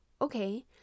okay